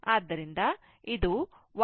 ಆದ್ದರಿಂದ ಇದು 1 ⅓1⅓ ಆಗಿದೆ